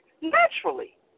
naturally